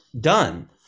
done